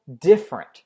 different